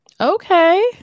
Okay